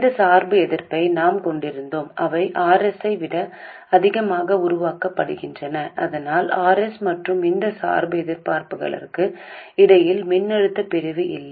இந்த சார்பு எதிர்ப்பை நாம் கொண்டிருந்தோம் அவை R s ஐ விட அதிகமாக உருவாக்கப்படுகின்றன இதனால் R s மற்றும் இந்த சார்பு எதிர்ப்பாளர்களுக்கு இடையில் மின்னழுத்தப் பிரிவு இல்லை